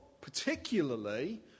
particularly